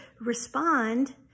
respond